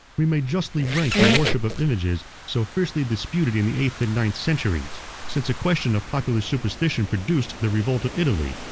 we may justly rank the worship of images, so fiercely disputed in the eighth and ninth centuries since a question of popular superstition produced the revolt of italy,